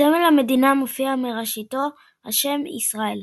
בסמל המדינה מופיע מראשיתו השם "ישראל".